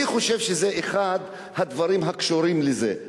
אני חושב שזה אחד הדברים הקשורים לזה.